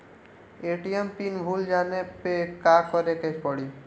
ATM pin भूल जाए पे का करे के पड़ी?